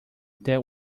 that